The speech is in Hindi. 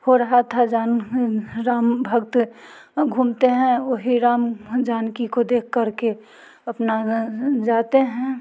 हो रहा था जान रामभक्त घूमते हैं वही राम जानकि को देख कर के अपना जाते हैं